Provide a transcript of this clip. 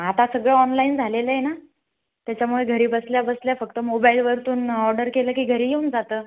आता सगळ ऑनलाइन झालेलं आहे ना त्याच्यामुळे घरी बसल्याबसल्या फक्त मोबाइलवरतून ऑर्डर केलं की घरी येऊन जातं